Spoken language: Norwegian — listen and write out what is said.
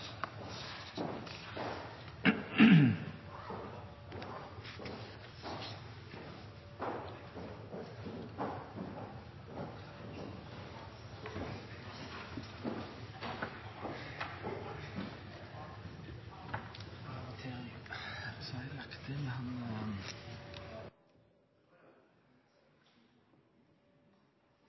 så har ergoterapeuter kommet inn